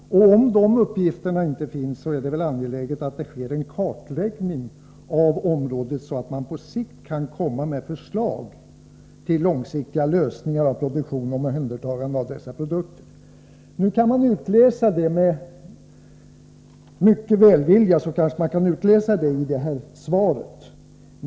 Om det inte finns några uppgifter om den saken, är det väl angeläget att en kartläggning görs, så att man på sikt kan presentera förslag till långsiktiga lösningar när det gäller produktionen och omhändertagandet av nämnda produkter. Med litet god vilja kan man kanske läsa ut av svaret att en sådan utveckling är möjlig.